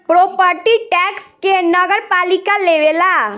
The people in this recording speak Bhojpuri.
प्रोपर्टी टैक्स के नगरपालिका लेवेला